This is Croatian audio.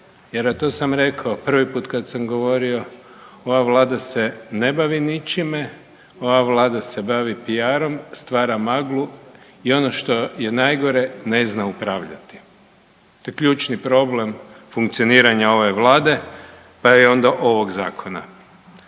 a to sam rekao prvi put kad sam govorio, ova Vlada se ne bavi ničime, ova Vlada se bavi PR-om, stvara maglu i ono što je najgore, ne zna upravljati. To je ključni problem funkcioniranja ove Vlade pa i onda ovog Zakona.